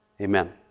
Amen